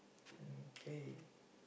mm k